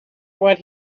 what